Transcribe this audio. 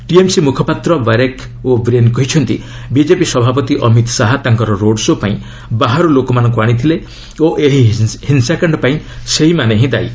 TMC ମୁଖପାତ୍ର Derek O'Brien କହିଛନ୍ତି BJP ସଭାପତି ଅମିତ ଶାହା ତାଙ୍କର ରୋଡ୍ ସୋ ପାଇଁ ବାହାରୁ ଲୋକମାନଙ୍କୁ ଆଣିଥିଲେ ଓ ଏହି ହିଂସାକାଣ୍ଡ ପାଇଁ ସେମାନେ ଦାୟୀ